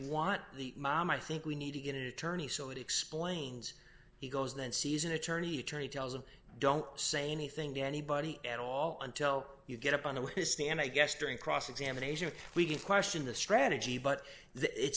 want the mom i think we need to get an attorney so it explains he goes then sees an attorney attorney tells of don't say anything to anybody at all until you get up on the history and i guess during cross examination we didn't question the strategy but it